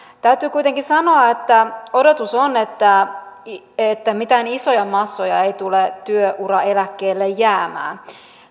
täytyy kuitenkin sanoa että odotus on että että mitään isoja massoja ei tule työuraeläkkeelle jäämään